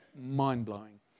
Mind-blowing